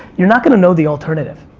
you're not going to know the alternative.